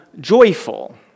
joyful